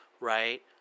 Right